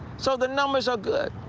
so the numbers are good.